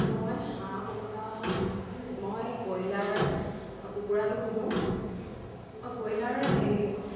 মই হাঁহ কুকুৰা মই কয়লাৰ কুকুৰাটো পোহোঁ কয়লাৰ হেৰি